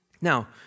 Now